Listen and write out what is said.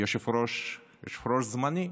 יושב-ראש זמני.